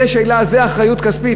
זאת אחריות כספית?